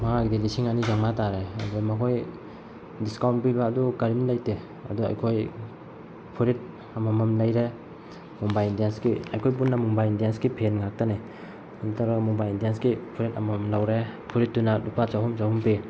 ꯃꯉꯥꯒꯤꯗꯤ ꯂꯤꯁꯤꯡ ꯑꯅꯤ ꯆꯝꯃꯉꯥ ꯇꯥꯔꯦ ꯑꯗꯨꯗ ꯃꯈꯣꯏ ꯗꯤꯁꯀꯥꯎꯟ ꯄꯤꯕ ꯑꯗꯨ ꯀꯔꯤꯝ ꯂꯩꯇꯦ ꯑꯗꯨ ꯑꯩꯈꯣꯏ ꯐꯨꯔꯤꯠ ꯑꯃꯃꯝ ꯂꯩꯔꯦ ꯃꯨꯝꯕꯥꯏ ꯏꯟꯗꯤꯌꯟꯁꯀꯤ ꯑꯩꯈꯣꯏ ꯄꯨꯟꯅ ꯃꯨꯝꯕꯥꯏ ꯏꯟꯗꯤꯌꯟꯁꯀꯤ ꯐꯦꯟ ꯉꯥꯛꯇꯅꯦ ꯑꯗꯨꯃꯥꯏ ꯇꯧꯔꯒ ꯃꯨꯝꯕꯥꯏ ꯏꯟꯗꯤꯌꯟꯁꯀꯤ ꯐꯨꯔꯤꯠ ꯑꯃꯃꯝ ꯂꯧꯔꯦ ꯐꯨꯔꯤꯠꯇꯨꯅ ꯂꯨꯄꯥ ꯆꯍꯨꯝ ꯆꯍꯨꯝ ꯄꯤ